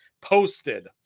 posted